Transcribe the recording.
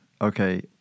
okay